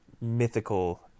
mythical